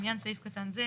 לעניין סעיף קטן זה,